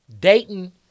dayton